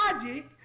logic